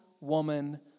woman